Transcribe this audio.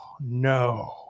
no